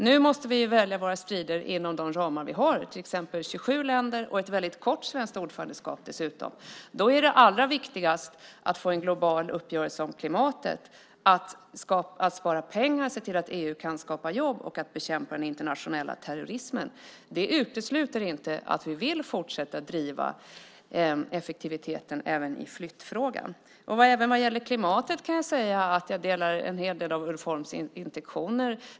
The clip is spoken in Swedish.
Nu måste vi välja våra strider inom de ramar vi har, till exempel 27 länder och dessutom ett kort svenskt ordförandeskap. Då är det allra viktigast att få en global uppgörelse om klimatet, att spara pengar, att se till att EU kan skapa jobb och att bekämpa den internationella terrorismen. Det utesluter inte att vi vill fortsätta att driva effektiviteten även i flyttfrågan. Även vad gäller klimatet delar jag en hel del av Ulf Holms intentioner.